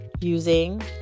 using